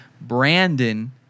Brandon